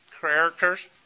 characters